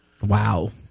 Wow